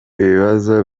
bibazo